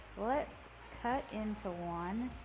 let's cut into one.